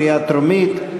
בקריאה טרומית.